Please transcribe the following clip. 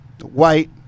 white